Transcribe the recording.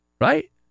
right